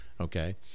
okay